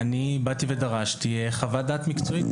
ואני באתי ודרשתי חוות דעת מקצועית,